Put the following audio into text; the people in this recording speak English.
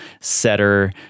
setter